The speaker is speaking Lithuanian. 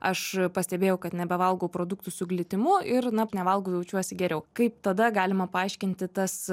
aš pastebėjau kad nebevalgau produktų su glitimu ir na nevalgau jaučiuosi geriau kaip tada galima paaiškinti tas